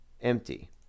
empty